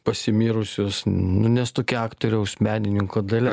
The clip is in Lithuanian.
pasimirusius nu nes tokia aktoriaus menininko dalia